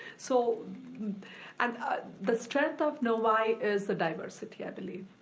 so and the strength of novi is the diversity i believe.